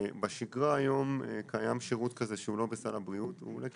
בשגרה היום קיים שירות כזה שהוא לא בסל הבריאות והוא עולה כסף.